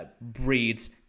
breeds